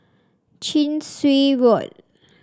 Chin Swee Road